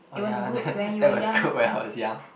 oh ya that was good when I was young